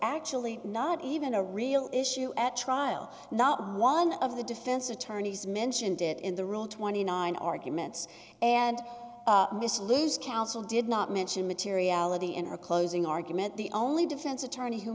actually not even a real issue at trial not one of the defense attorneys mentioned it in the rule twenty nine arguments and mr lou's counsel did not mention materiality in our closing argument the only defense attorney who